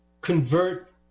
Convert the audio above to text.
convert